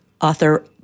author